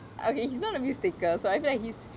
okay he's not a risk taker so I feel like he's